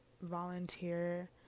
volunteer